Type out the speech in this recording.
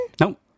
Nope